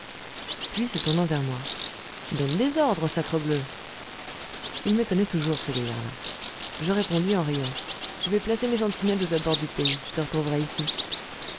puis se tournant vers moi donne des ordres sacrebleu il m'étonnait toujours ce gaillard-là je répondis en riant je vais placer mes sentinelles aux abords du pays je te retrouverai ici